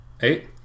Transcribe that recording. Eight